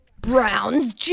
Browns